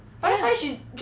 ya